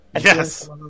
Yes